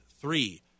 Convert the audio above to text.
Three